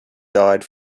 died